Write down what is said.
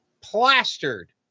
plastered